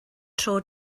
tro